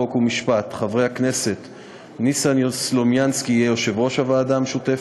חוק ומשפט: ניסן סלומינסקי יהיה יושב-ראש הוועדה המשותפת,